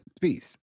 peace